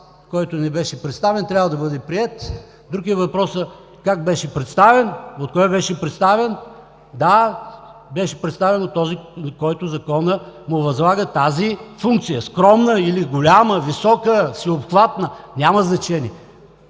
който ни беше представен, трябва да бъде приет, друг е въпросът как беше представен и от кого беше представен. Да, беше представен от този, на когото законът възлага тази функция – скромна или голяма, висока, всеобхватна, няма значение.